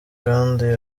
kandi